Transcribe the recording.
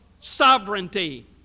sovereignty